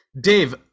Dave